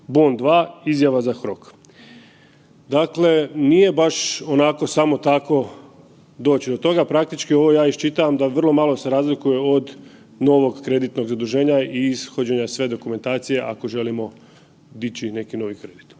bon 2, izjava za HROK. Dakle, nije baš onako samo tako doći do toga, praktički ovo ja iščitavam da vrlo malo se razlikuje od novog kreditnog zaduženja i ishođenja sve dokumentacije ako želimo dići neki novi kredit.